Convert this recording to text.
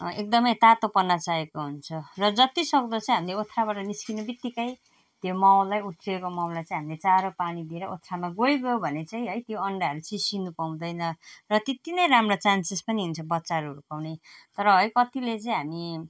एकदम तातोपना चाहिएको हुन्छ र जतिसक्दो चाहिँ हामीले ओथ्राबाट निस्कनु बित्तिकै त्यो माउलाई उठेको माउलाई चाहिँ हामीले चारो पानी दिएर ओथ्रामा गइगयो भने चाहिँ है त्यो अन्डाहरू चिसिनु पाउँदैन र त्यति नै राम्रो चान्सेस पनि हुन्छ बच्चाहरू पाउने तर है कतिले चाहिँ हामी